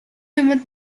юманд